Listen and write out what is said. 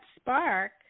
spark